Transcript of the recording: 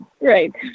Right